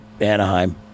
Anaheim